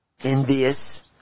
envious